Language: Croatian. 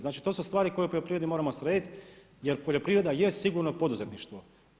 Znači to su stvari koje u poljoprivredi moramo srediti jer poljoprivreda je sigurno poduzetništvo.